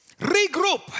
Regroup